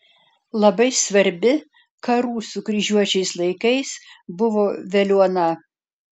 labai svarbi karų su kryžiuočiais laikais buvo veliuona